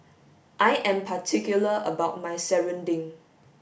I am particular about my serunding